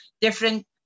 different